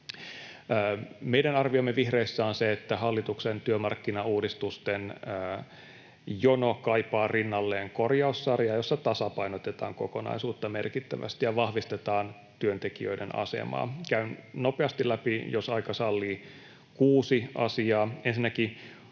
Meidän arviomme vihreissä on se, että hallituksen työmarkkinauudistusten jono kaipaa rinnalleen korjaussarjaa, jossa tasapainotetaan kokonaisuutta merkittävästi ja vahvistetaan työntekijöiden asemaa. Käyn nopeasti läpi, jos aika sallii, kuusi asiaa.